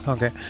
Okay